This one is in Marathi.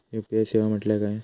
यू.पी.आय सेवा म्हटल्या काय?